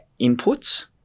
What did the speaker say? inputs